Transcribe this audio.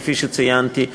כפי שציינתי,